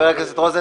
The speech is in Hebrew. חבר הכנסת רוזנטל,